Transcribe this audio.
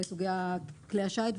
סוגיית כלי השיט.